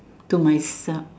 to myself